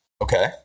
Okay